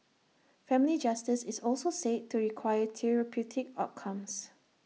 family justice is also said to require therapeutic outcomes